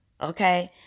Okay